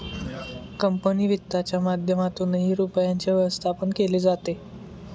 company वित्तच्या माध्यमातूनही रुपयाचे व्यवस्थापन केले जाते